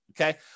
Okay